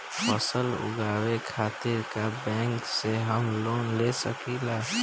फसल उगावे खतिर का बैंक से हम लोन ले सकीला?